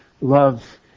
love